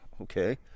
Okay